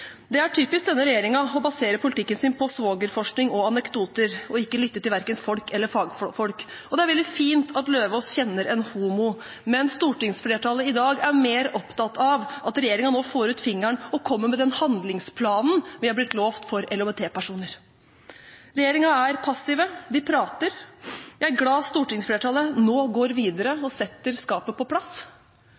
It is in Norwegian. Det er typisk denne regjeringen, å basere politikken sin på svogerforskning og anekdoter og ikke lytte til verken folk eller fagfolk. Det er veldig fint at Eidem Løvaas kjenner en homo, men stortingsflertallet i dag er mer opptatt av at regjeringen nå får ut fingeren og kommer med den handlingsplanen vi er blitt lovet for LHBT-personer. Regjeringen er passiv, de prater. Jeg er glad stortingsflertallet nå går videre og setter skapet på plass.